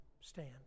stand